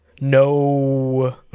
no